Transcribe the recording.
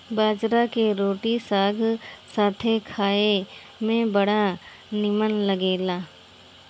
बजरा के रोटी साग के साथे खाए में बड़ा निमन लागेला